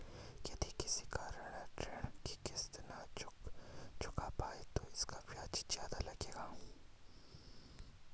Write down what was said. यदि किसी कारण से ऋण की किश्त न चुका पाये तो इसका ब्याज ज़्यादा लगेगा?